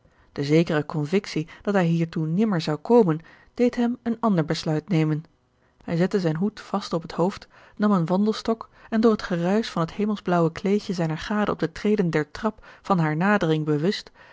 de zekere convictie dat hij hiertoe nimmer zou komen deed hem een ander besluit nemen hij zette zijn hoed vast op het hoofd nam een wandelstok en door het geruisch van het hemelsblaauwe kleedje zijner gade op de treden der trap van hare nadering bewust